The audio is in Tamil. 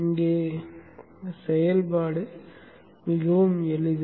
இங்கே செயல்பாடு மிகவும் எளிது